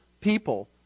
people